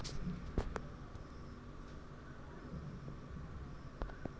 মোবাইলের ইন্সুরেন্স কতো দিনের জন্যে করা য়ায়?